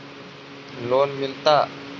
Loan मिलता?